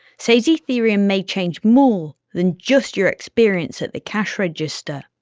says ethereum may change more than just your experience at the cash register.